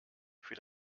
für